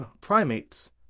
Primates